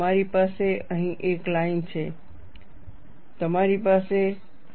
તમારી પાસે અહીં એક લાઇન છે તમારી પાસે અહીં એક લાઇન છે